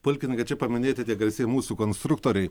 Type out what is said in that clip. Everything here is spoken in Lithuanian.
pulkininkai čia paminėkite garsiai mūsų konstruktoriai